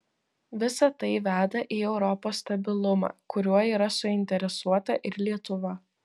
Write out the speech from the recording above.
visa tai veda į europos stabilumą kuriuo yra suinteresuota ir lietuva